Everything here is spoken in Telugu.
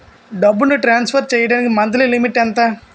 డబ్బును ట్రాన్సఫర్ చేయడానికి మంత్లీ లిమిట్ ఎంత?